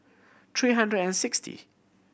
three hundred and sixty